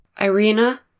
Irina